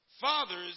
Fathers